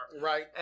Right